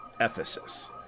Ephesus